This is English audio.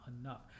enough